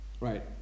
Right